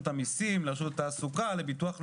המיסים לרשות התעסוקה ולביטוח הלאומי,